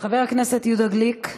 חבר הכנסת יהודה גליק,